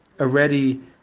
already